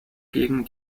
gegen